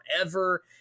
forever